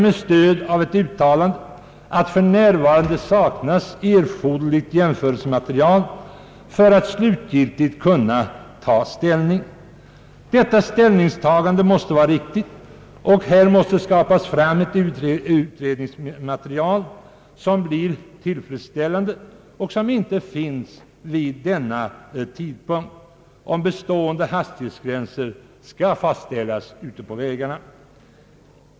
Jag stöder mig på ett uttalande om att det för närvarande saknas erforderligt jämförelsematerial för att slutgiltigt kunna ta ställning. Det slutliga ställningstagandet måste vara riktigt, och därför krävs ett tillfredsställande utredningsmaterial, om bestående hastighetsgränser skall fastställas.